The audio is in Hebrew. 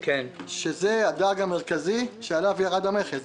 שזה הדג המרכזי שעליו ירד המכס.